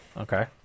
Okay